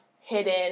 hidden